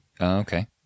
Okay